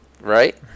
right